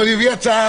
ההצעה